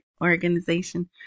Organization